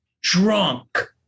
drunk